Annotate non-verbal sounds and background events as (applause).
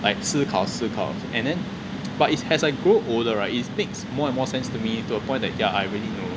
like 思考思考 and then (noise) but it's as as I grow older right it makes more more sense to me till the point I was like yeah I really know